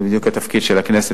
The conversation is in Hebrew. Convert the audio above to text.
זה בדיוק התפקיד של הכנסת,